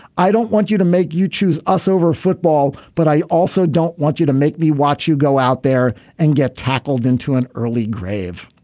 i don't want you to make you choose us over football. but i also don't want you to make me watch you go out there and get tackled into an early grave.